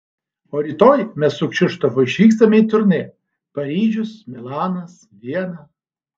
o rytoj mes su kšištofu išvykstame į turnė paryžius milanas viena